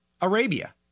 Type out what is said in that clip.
Arabia